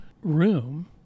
room